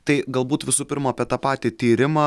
tai galbūt visų pirma apie tą patį tyrimą